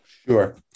Sure